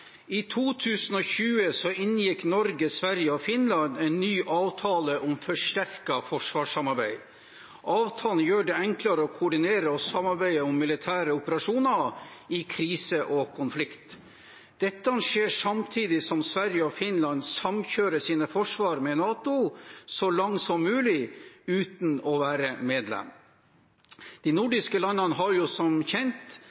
I 2020 inngikk Norge, Sverige og Finland en ny avtale om forsterket forsvarssamarbeid. Avtalen gjør det enklere å koordinere og samarbeide om militære operasjoner i krise og konflikt. Dette skjer samtidig som Sverige og Finland samkjører sine forsvar med NATO så langt som mulig, uten å være medlem. De nordiske landene har jo, som kjent,